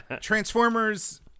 Transformers